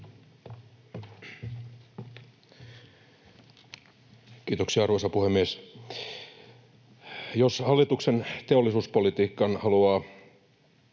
Kiitoksia, arvoisa puhemies! Jos hallituksen teollisuuspolitiikan haluaa